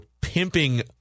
pimping